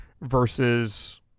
versus